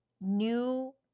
new –